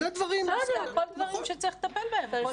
בסדר, הכול דברים שצריך לטפל בהם.